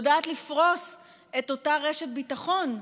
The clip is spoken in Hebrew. יודעת לפרוס את אותה רשת ביטחון.